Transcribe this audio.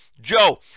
Joe